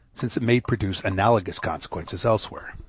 since it may produce analogous consequences elsewhere.